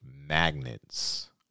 magnets